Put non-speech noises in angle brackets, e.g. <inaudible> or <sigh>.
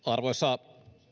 <unintelligible> arvoisa